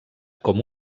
com